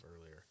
earlier